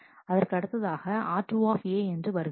அதற்கு அடுத்ததாக r2 என்று வருகிறது